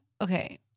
okay